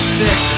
six